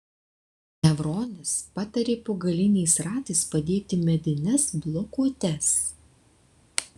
nevronis patarė po galiniais ratais padėti medines blokuotes